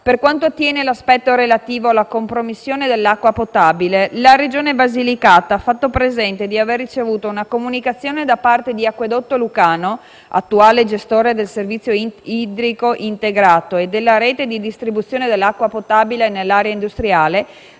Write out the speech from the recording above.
Per quanto attiene l'aspetto relativo alla compromissione dell'acqua potabile, la Regione Basilicata ha fatto presente di aver ricevuto una comunicazione da parte di Acquedotto lucano, attuale gestore del servizio idrico integrato e della rete di distribuzione dell'acqua potabile nell'area industriale,